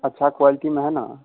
अच्छा क्वाल्टी में है न